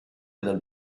dal